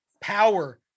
Power